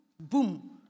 boom